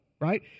right